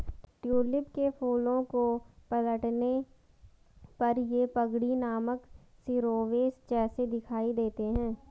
tulip के फूलों को पलटने पर ये पगड़ी नामक शिरोवेश जैसे दिखाई देते हैं